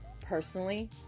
personally